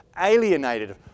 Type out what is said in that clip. alienated